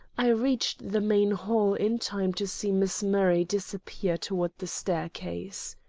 i reached the main hall in time to see miss murray disappear toward the staircase.